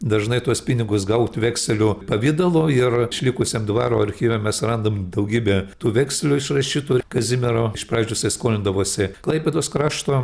dažnai tuos pinigus gaut vekselių pavidalu ir išlikusiam dvaro archyve mes randam daugybę tų vekselių išrašytų kazimiero iš pradžių jisai skolindavosi klaipėdos krašto